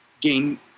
gain